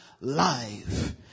life